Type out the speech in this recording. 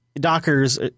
Docker's